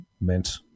meant